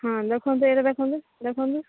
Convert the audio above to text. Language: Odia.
ହଁ ଦେଖନ୍ତୁ ଏଇଟା ଦେଖନ୍ତୁ ଦେଖନ୍ତୁ